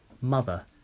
Mother